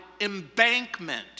embankment